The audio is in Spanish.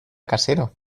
casero